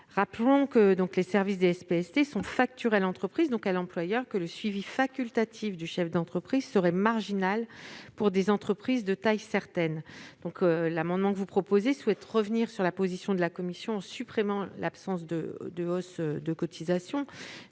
Rappelons que les services des SPST sont facturés à l'entreprise, donc à l'employeur, et que le suivi facultatif du chef d'entreprise serait marginal pour des entreprises de taille certaine. L'amendement n° 165 tend à revenir sur la position de la commission, en supprimant l'absence de hausse de cotisations.